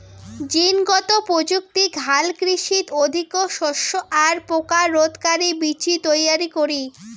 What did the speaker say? জীনগত প্রযুক্তিক হালকৃষিত অধিকো শস্য আর পোকা রোধকারি বীচি তৈয়ারী করি